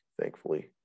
thankfully